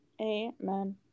Amen